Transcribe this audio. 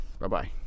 Bye-bye